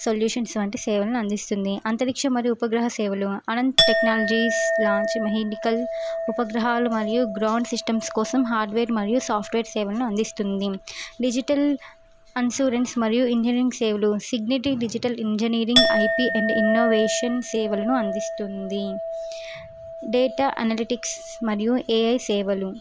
solutions వంటి సేవలను అందిస్తుంది అంతరిక్ష మరియు ఉపగ్రహ సేవలు అనంత టెక్నాలజీస్ లాంచ్ మెకానికల్ ఉపగ్రహాలు మరియు గ్రౌండ్ సిస్టమ్స్ కోసం హార్డ్వేర్ మరియు సాఫ్ట్వేర్ సేవలను అందిస్తుంది డిజిటల్ ఇన్సూరెన్స్ మరియు ఇంజనీరింగ్ సేవలు సిగ్నేటింగ్ digital engineering IP and innovation సేవలను అందిస్తుంది డేటా అనాలెటిక్స్ మరియు ఏఐ సేవలు